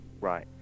right